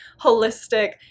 holistic